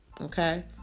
Okay